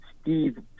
Steve